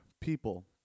people